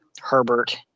Herbert